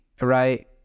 right